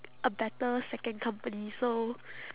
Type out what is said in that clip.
a better second company so